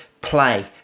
play